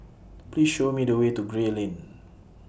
Please Show Me The Way to Gray Lane